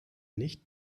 nicht